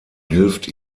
hilft